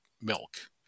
milk